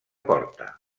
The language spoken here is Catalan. porta